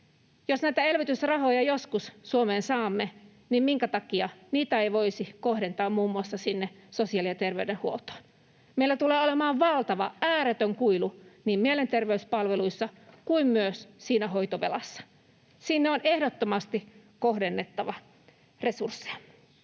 Jos näitä elvytysrahoja joskus Suomeen saamme, niin minkä takia niitä ei voisi kohdentaa muun muassa sinne sosiaali- ja terveydenhuoltoon? Meillä tulee olemaan valtava, ääretön kuilu niin mielenterveyspalveluissa kuin myös siinä hoitovelassa. Sinne on ehdottomasti kohdennettava resursseja.